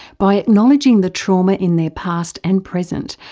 by acknowledging the trauma in their past and present,